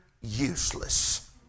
useless